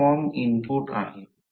आता मला हे स्पष्ट करू द्या